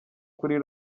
kuri